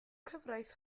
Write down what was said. cyfraith